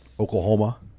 Oklahoma